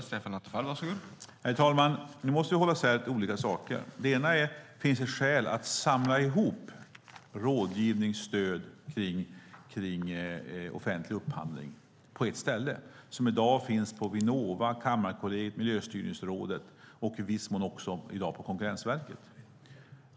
Herr talman! Nu måste vi hålla isär olika saker. Det ena är om det finns skäl att samla ihop rådgivningsstöd kring offentlig upphandling på ett ställe? I dag finns den på Vinnova, Kammarkollegiet, Miljöstyrningsrådet och i viss mån också i Konkurrensverket.